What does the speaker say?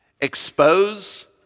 Expose